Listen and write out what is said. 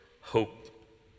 hope